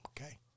okay